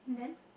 and then